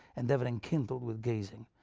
and ever enkindled with gazing.